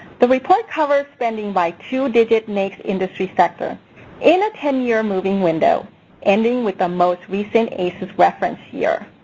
the report covers spending by two-digit naics industry sector in a ten-year moving window ending with the most recent aces reference year.